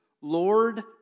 Lord